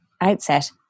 outset